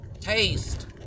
taste